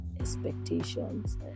expectations